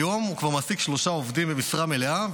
היום הוא כבר מעסיק שלושה עובדים במשרה מלאה,